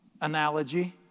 analogy